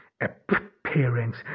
appearance